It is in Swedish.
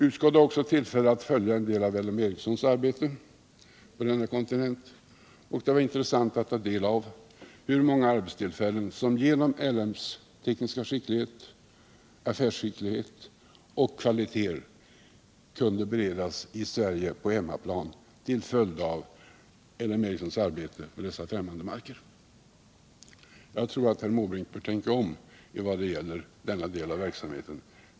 Utskottet hade också tillfälle att följa en del av LM Ericssons arbete på denna kontinent, och det var intressant att ta del av hur många arbetstillfällen som genom LM:s tekniska skicklighet, affärsskicklighet och kvaliteter kunde beredas på hemmaplan i Sverige till följd av L M Ericssons arbete på dessa främmande marker. Jag tror att herr Måbrink bör tänka om vad gäller denna del av verksamheten.